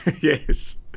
Yes